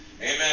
Amen